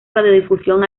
radiodifusión